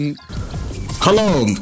hello